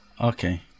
Okay